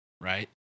right